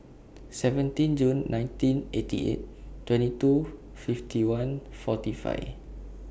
seventeen Jun nineteen eighty eight twenty two fifty one forty five